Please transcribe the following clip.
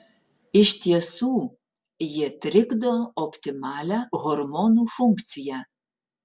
iš tiesų jie trikdo optimalią hormonų funkciją